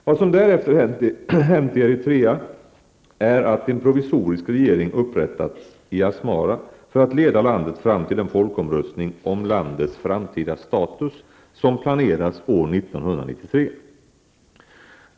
Vad som därefter hänt i Eritrea är att en provisorisk regering upprättats i Asmara för att leda landet fram till den folkomröstning om landets framtida status som planeras år 1993.